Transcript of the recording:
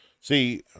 See